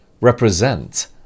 represent